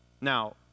Now